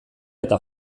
eta